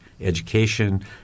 Education